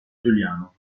giuliano